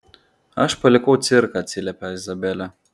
aš palikau cirką atsiliepia izabelė